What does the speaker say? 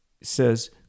says